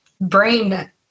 brain